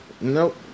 Nope